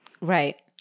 Right